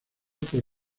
por